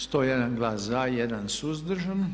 101 glas za, 1 suzdržan.